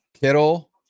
kittle